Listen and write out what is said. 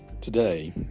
Today